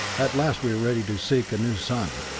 at last we are ready to seek a new sun.